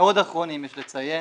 המאוד אחרונים יש לציין,